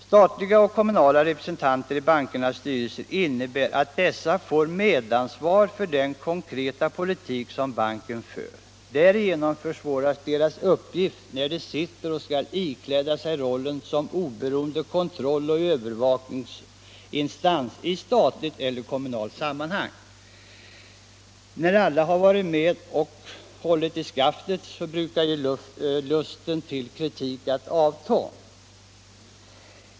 Statliga och kommunala representanter i bankernas styrelser innebär att dessa får medansvar för den konkreta politik som banken för. Därigenom försvåras deras uppgift när de sitter och skall ikläda sig rollen som oberoende kontrolloch övervakningsinstanser i statligt eller kommunalt sammanhang. När alla har varit med och hållit i skaftet brukar lusten till kritik avta.